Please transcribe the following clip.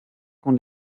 con